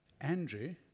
Andrew